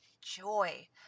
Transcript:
joy